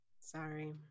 Sorry